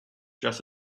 just